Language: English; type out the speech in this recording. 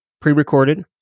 pre-recorded